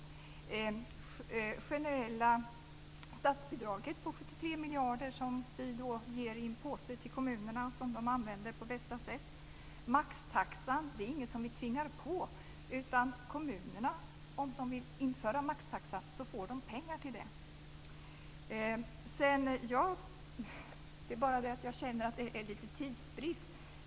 Det generella statsbidraget på 3 miljarder ger vi i en påse till kommunerna och de använder pengarna på bästa sätt. Maxtaxa är inget som vi tvingar på dem, utan om kommunerna vill införa maxtaxa får de pengar till det. Det är bara det att jag känner att det är lite tidsbrist.